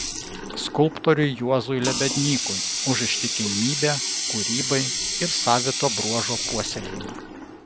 skulptoriui juozui lebednykui už ištikimybę kūrybai ir savito braižo puoselėjimą